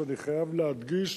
שאני חייב להדגיש,